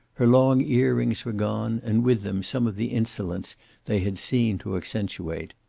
her long ear-rings were gone, and with them some of the insolence they had seemed to accentuate.